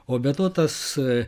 o be to tas